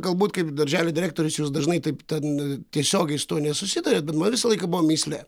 galbūt kaip darželio direktorius jūs dažnai taip ten tiesiogiai su tuo nesusiduriat bet man visą laiką buvo mįslė